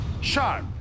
sharp